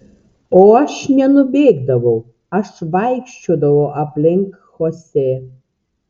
o aš nenubėgdavau aš vaikščiodavau aplink chosė